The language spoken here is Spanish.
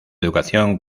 educación